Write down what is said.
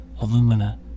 alumina